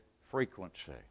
frequency